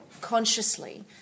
consciously